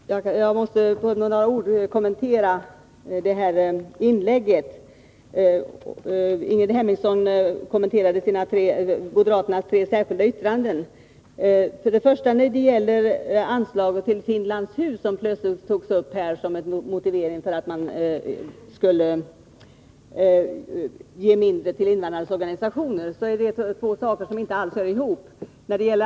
Herr talman! Jag måste med några ord kommentera detta inlägg, där Ingrid Hemmingsson utvecklade moderaternas tre särskilda yttranden. Först vill jag säga när det gäller anslaget till Finlands Hus, som plötsligt togs upp som en motivering för att ge mindre till invandrarnas organisationer, att detta är två saker som inte alls hör ihop.